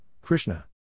Krishna